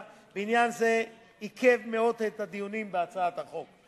בעניין זה עיכב מאוד את הדיונים בהצעת החוק,